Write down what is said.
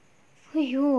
!aiyo!